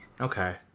Okay